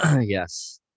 yes